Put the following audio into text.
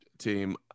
team